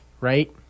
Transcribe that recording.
right